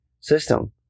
system